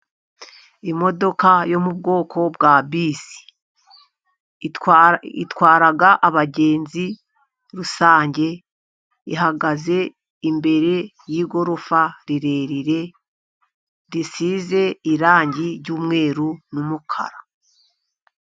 Imodoka yo mu bwoko bwa bisi, itwara abagenzi rusange. Ihagaze imbere yigorofa rirerire risize irangi ry'umweru n'umukara.